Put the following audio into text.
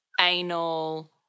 anal